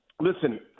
Listen